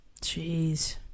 Jeez